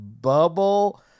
bubble